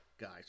guys